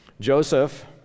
Joseph